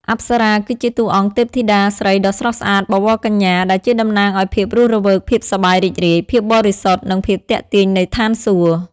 អប្សរា គឺជាតួអង្គទេពធីតាស្រីដ៏ស្រស់ស្អាតបវរកញ្ញា ដែលជាតំណាងឲ្យភាពរស់រវើក ភាពសប្បាយរីករាយ ភាពបរិសុទ្ធ និងភាពទាក់ទាញនៃស្ថានសួគ៌។